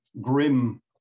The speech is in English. grim